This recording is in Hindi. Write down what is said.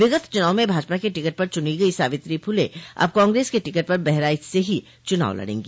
विगत चुनाव में भाजपा के टिकट पर चुनी गई सावित्री फुले अब कांग्रेस के टिकट पर बहराइच से ही चुनाव लड़ेंगी